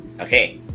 Okay